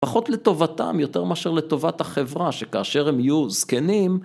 פחות לטובתם, יותר מאשר לטובת החברה, שכאשר הם יהיו זקנים.